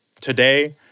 Today